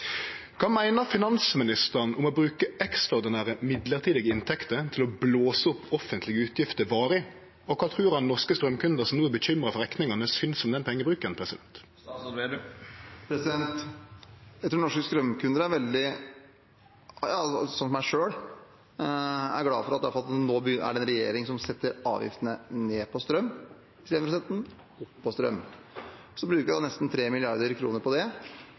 meiner finansministeren om å bruke ekstraordinære midlertidige inntekter til å blåse opp offentlege utgifter varig, og kva trur han norske straumkundar som no er bekymra for rekningane, synest om den pengebruken? Jeg tror norske strømkunder, som meg selv, er glad for at vi nå har en regjering som setter ned avgiftene på strøm, i stedet for å sette dem opp. Vi bruker nesten 3 mrd. kr på det,